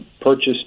purchased